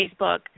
Facebook